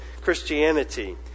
Christianity